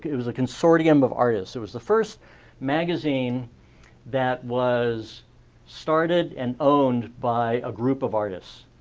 it was a consortium of artists. it was the first magazine that was started and owned by a group of artists.